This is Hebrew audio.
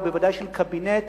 ובוודאי של קבינט,